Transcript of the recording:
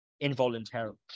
involuntarily